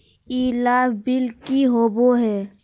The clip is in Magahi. ई लाभ बिल की होबो हैं?